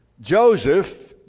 Joseph